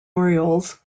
orioles